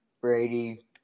Brady